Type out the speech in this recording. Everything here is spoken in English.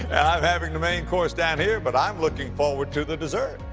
i'm having the main course down here, but i'm looking forward to the dessert.